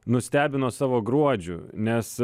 nustebino savo gruodžiu nes